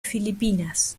filipinas